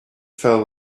fell